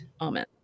Amen